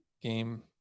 game